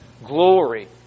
Glory